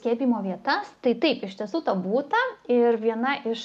skiepijimo vietas tai taip iš tiesų to būta ir viena iš